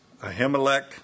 Ahimelech